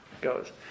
goes